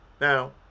Now